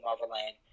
Motherland